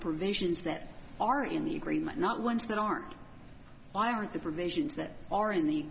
provisions that are in the agreement not ones that aren't why aren't the provisions that are in the